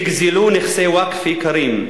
נגזלו נכסי ווקף יקרים,